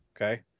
Okay